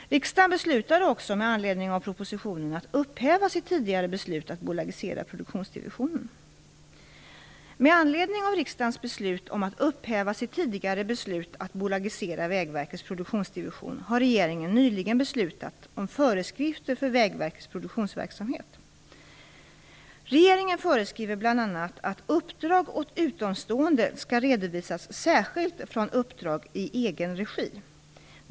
Riksdagen beslutade också med anledning av propositionen att upphäva sitt tidigare beslut att bolagisera produktionsdivisionen. Med anledning av riksdagens beslut om att upphäva sitt tidigare beslut att bolagisera Vägverkets produktionsdivision har regeringen nyligen beslutat om föreskrifter för Vägverkets produktionsverksamhet. Regeringen föreskriver bl.a. att uppdrag åt utomstående skall redovisas särskilt från uppdrag i egen regi.